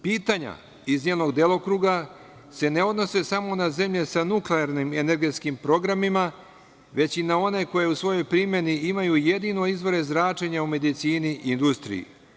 Pitanja iz njenog delokruga se ne odnose samo na zemlje sa nuklearnim energetskim programima, već i na one koje u svojoj primeni imaju jedino izvore zračenja u medicini i industriji.